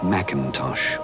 Macintosh